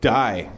die